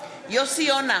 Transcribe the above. יוסי יונה,